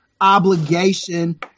obligation